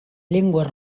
llengües